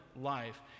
life